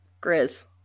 Grizz